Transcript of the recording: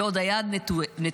ועוד היד נטויה.